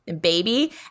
baby